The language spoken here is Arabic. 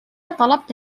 طلبت